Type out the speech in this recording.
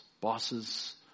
bosses